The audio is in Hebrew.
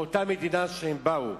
לאותה מדינה שממנה הם באו.